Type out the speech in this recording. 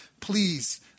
please